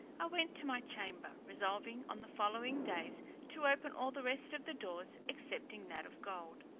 i went to my chamber, resolving on the following days to open all the rest of the doors, excepting that of gold.